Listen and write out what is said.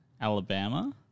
Alabama